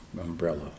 umbrella